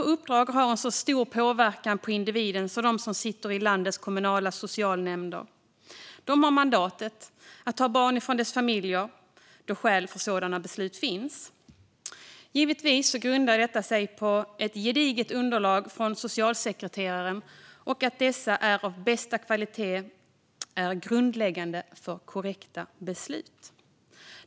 Få uppdrag har en så stor påverkan på individen som de som landets kommunala socialnämnder har. De har mandatet att ta barn ifrån deras familjer när skäl för sådana beslut finns. Givetvis grundar detta sig på ett gediget underlag från socialsekreteraren, och att dessa är av bästa kvalitet är grundläggande för korrekta beslut.